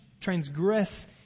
transgress